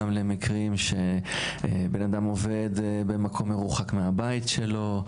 גם למקרים שבן אדם עובד במקום מרוחק מהבית שלו,